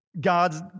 God's